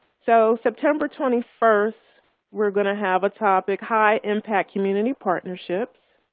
so september twenty first we're going to have a topic, high impact community partnerships,